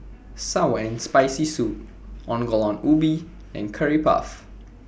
Sour and Spicy Soup Ongol Ubi and Curry Puff